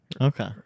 Okay